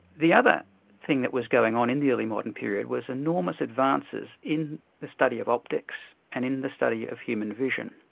the other thing that was going on in the early modern period were enormous advances in the study of optics and in the study of human vision,